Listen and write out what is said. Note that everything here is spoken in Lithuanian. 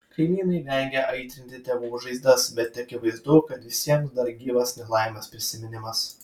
kaimynai vengia aitrinti tėvų žaizdas bet akivaizdu kad visiems dar gyvas nelaimės prisiminimas